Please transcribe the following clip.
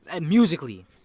musically